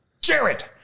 Jared